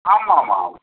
ஆமாம் ஆமாம் ஆமாம்